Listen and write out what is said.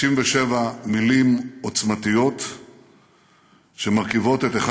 67 מילים עוצמתיות שמרכיבות את אחד